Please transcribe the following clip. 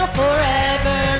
forever